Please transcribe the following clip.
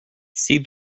see